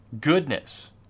Goodness